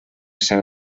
sant